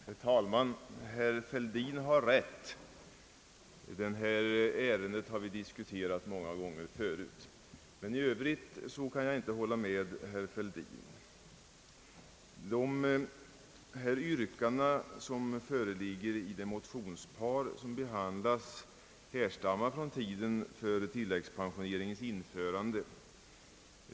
Herr talman! Herr Fälldin har rätt: detta ärende har vi diskuterat många gånger förut. I övrigt kan jag dock inte hålla med herr Fälldin. De yrkanden som föreligger i det motionspar som behandlas härstammar från tiden för tilläggspensioneringens införande.